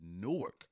Newark